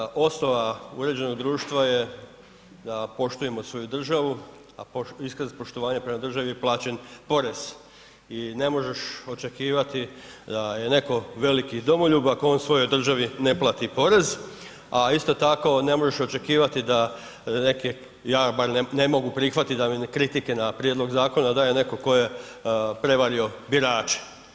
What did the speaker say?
Kolega, osnova uređenog društva je da poštujemo svoju državu, a iskaz poštovanja prema državi je plaćen porez i ne možeš očekivati da je netko veliki domoljub, ako on svojoj državi ne plati porez, a isto tako ne možeš očekivati da neke, ja bar ne mogu prihvatiti da mi kritike na prijedlog zakona daje netko ko je prevario birače.